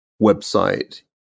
website